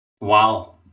wow